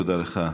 תודה לך.